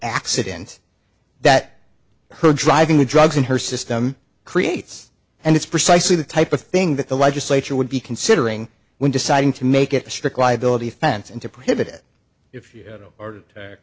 accident that her driving with drugs in her system creates and it's precisely the type of thing that the legislature would be considering when deciding to make it a strict liability offense into prohibit